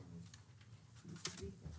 אני מאוד נרגש מהיום